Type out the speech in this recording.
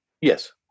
Yes